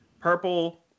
purple